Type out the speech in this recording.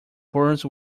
birds